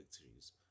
victories